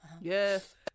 Yes